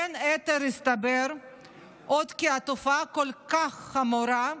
בין היתר, הסתבר שהתופעה היא כל כך חמורה,